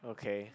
okay